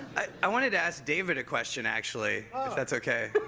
i wanted to ask david a question, actually, if that's ok?